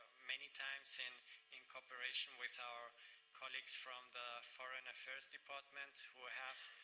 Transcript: many times in in cooperation with our colleagues from the foreign affairs department, who have,